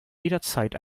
jederzeit